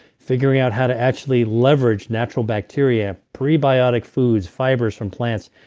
figuring out how to actually leverage natural bacteria prebiotic foods, fibers from plants.